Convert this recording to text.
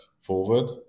forward